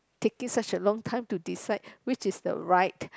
taking such a long time to decide which is the right